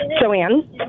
Joanne